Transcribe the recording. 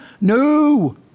No